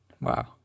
Wow